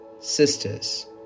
sisters